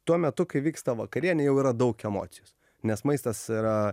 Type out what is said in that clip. tuo metu kai vyksta vakarienė jau yra daug emocijos nes maistas yra